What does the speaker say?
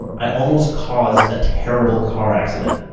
i almost caused a terrible car accident.